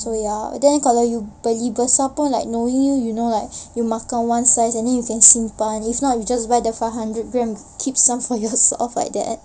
so ya then kalau you beli besar pun like knowing you you know like you makan one slice then you can simpan if not you just buy the five hundred grams keep some for yourself like that